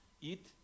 eat